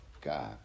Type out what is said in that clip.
God